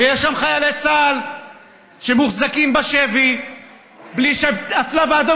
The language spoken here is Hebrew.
ויש שם חיילי צה"ל שמוחזקים בשבי בלי שהצלב האדום